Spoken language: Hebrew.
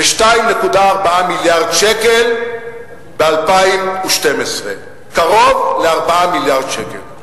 ו-2.4 מיליארד שקל ב-2012, קרוב ל-4 מיליארד שקל.